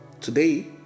Today